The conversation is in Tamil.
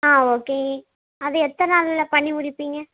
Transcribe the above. ஆ ஓகே அதை எத்தனை நாளில் பண்ணி முடிப்பிங்க